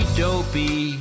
dopey